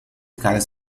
caras